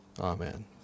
Amen